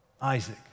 Isaac